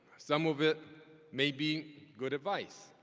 some of it may be good advice.